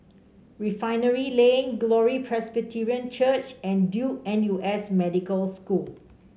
Refinery Lane Glory Presbyterian Church and Duke N U S Medical School